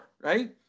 right